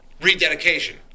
rededication